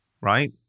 right